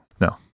No